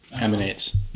emanates